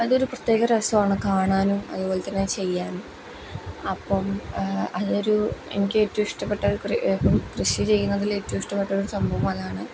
അതൊരു പ്രത്യേക രസമാണ് കാണാനും അതുപോലെത്തന്നെ ചെയ്യാനും അപ്പം അതൊരു എനിക്ക് ഏറ്റോവും ഇഷ്ടപ്പെട്ടൊരു കൃഷി ചെയ്യുന്നതിൽ ഏറ്റവും ഇഷ്ടപ്പെട്ടൊരു സംഭവം അതാണ്